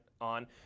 on